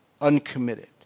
uncommitted